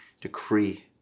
decree